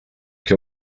què